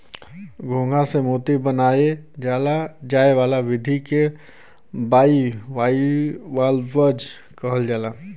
घोंघा से मोती बनाये जाए वाला विधि के बाइवाल्वज कहल जाला